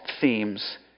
themes